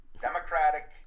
Democratic